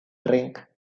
drink